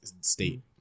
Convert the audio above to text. state